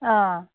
অঁ